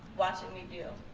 watching me do.